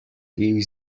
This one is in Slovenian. jih